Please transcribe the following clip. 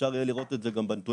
אפשר יהיה לראות את זה גם בנתונים.